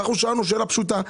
אנחנו שאלנו שאלה פשוטה,